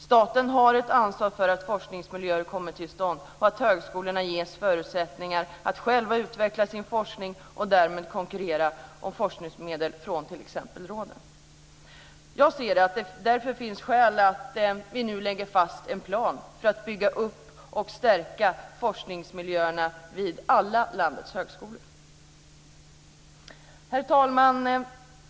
Staten har ett ansvar för att forskningsmiljöer kommer till stånd och för att högskolorna ges förutsättningar att själva utveckla sin forskning och därmed konkurrera om forskningsmedel från t.ex. råden. Jag ser att det därför finns skäl att vi nu lägger fast en plan för att bygga upp och stärka forskningsmiljöerna vid alla landets högskolor. Herr talman!